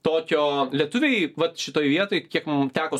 tokio lietuviai vat šitoj vietoj kiek mum teko